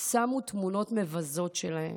שמו תמונות מבזות שלהן,